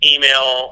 email